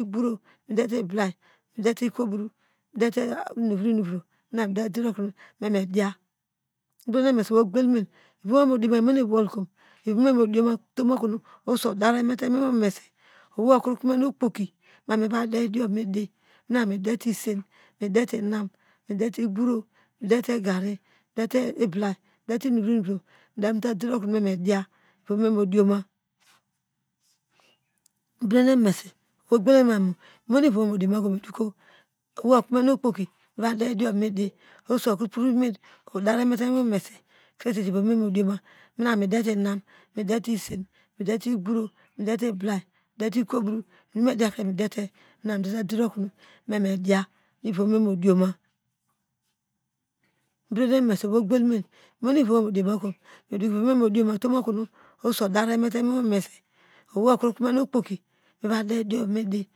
igboro iblay ikobro medete inuro inovro midiye diev okono me me diya mibede memomesi owei ogel me ivowo modioma imo no iwokom ivome omodioma utom okono oso odareme me wei omesi okro komen okpoki mavadeer idiom midi ivom memo dioma midete inam midete isen medete igbro medete iko bro medete inuvro inuuro mina midate der okonu me mediya iyownuvor ivom modioma mebedemomese owei ogbal me imo no ivom wo modiomakom medokomo invome modiom oso deremete mo omise owei okrokome no kpoki miya de idiom midi.